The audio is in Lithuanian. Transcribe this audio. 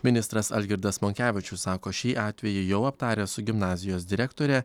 ministras algirdas monkevičius sako šį atvejį jau aptaręs su gimnazijos direktore